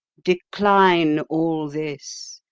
decline all this,